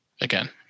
again